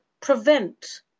prevent